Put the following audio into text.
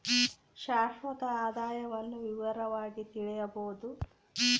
ಶಾಶ್ವತ ಆದಾಯವನ್ನು ವಿವರವಾಗಿ ತಿಳಿಯಬೊದು